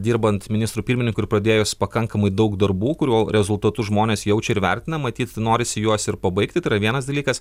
dirbant ministru pirmininku ir pradėjus pakankamai daug darbų kurių rezultatus žmonės jaučia ir vertina matyt norisi juos ir pabaigti tai yra vienas dalykas